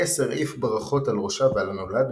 הקס הרעיף ברכות על ראשה ועל הנולד,